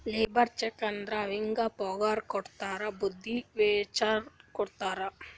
labour check ಅಂದುರ್ ಅವ್ರಿಗ ಪಗಾರ್ ಕೊಡದ್ರ್ ಬದ್ಲಿ ವೋಚರ್ ಕೊಡ್ತಾರ